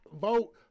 vote